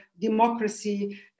democracy